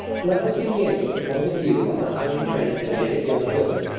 let us begin with the point of view of the highly trained pedantic young builder,